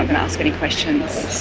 and ask any questions.